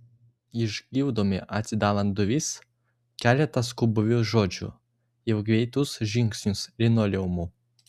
išgirdome atidarant duris keletą skubrių žodžių ir greitus žingsnius linoleumu